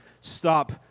stop